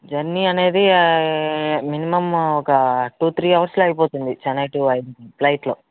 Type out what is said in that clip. ఎన్ని అనేది మినిమమ్ ఒక టూ త్రీ అవర్స్లో అయిపోతుంది చెన్నై టూ ఐ ఫ్లైట్లో